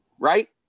Right